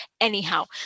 Anyhow